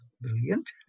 brilliant